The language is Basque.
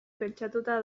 pentsatua